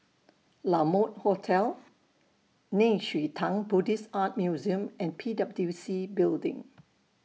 La Mode Hotel Nei Xue Tang Buddhist Art Museum and P W C Building